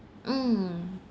mm